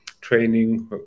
training